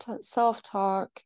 self-talk